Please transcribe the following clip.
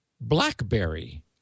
BlackBerry